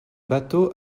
batho